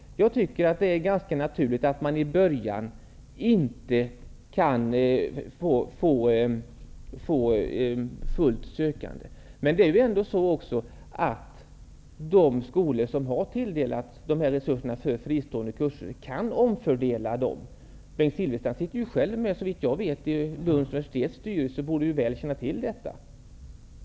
Det är ganska naturligt att man i början inte får ett tillräckligt antal sökande. De skolor som tilldelats resurser för fristående kurser kan omfördela dessa. Bengt Silfverstrand sitter, såvitt jag vet, själv med i Lunds universitets styrelse och borde därför känna till detta.